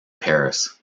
paris